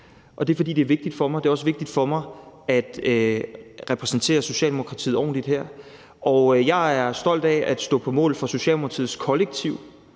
mig. Det er også vigtigt for mig at repræsentere Socialdemokratiet ordentligt her, og jeg er stolt af at stå på mål for Socialdemokratiets kollektiv.